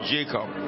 Jacob